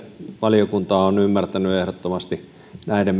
valiokunta on ymmärtänyt ehdottomasti näiden